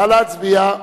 נא להצביע.